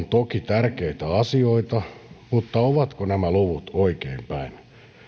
toki tärkeitä asioita mutta ovatko nämä luvut oikeinpäin